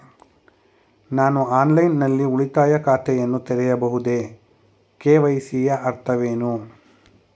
ನಾನು ಆನ್ಲೈನ್ ನಲ್ಲಿ ಉಳಿತಾಯ ಖಾತೆಯನ್ನು ತೆರೆಯಬಹುದೇ? ಕೆ.ವೈ.ಸಿ ಯ ಅರ್ಥವೇನು?